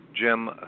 Jim